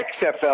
XFL